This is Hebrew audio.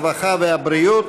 הרווחה והבריאות